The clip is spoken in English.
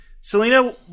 Selena